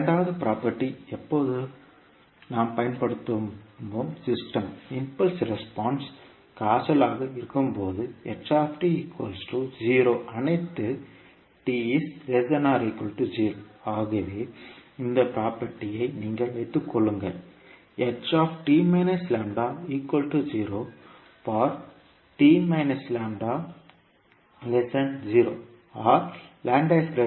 இரண்டாவது பிராப்பர்ட்டி எப்போது நாம் நாம் பயன்படுத்தும் சிஸ்டம் இம்பல்ஸ் ரெஸ்பான்ஸ் காசல் ஆக இருக்கும்போது அனைத்து ஆகவே இந்த புரோபர்டி ஐ நீங்கள் வைத்துக்கொள்ளுங்கள் for or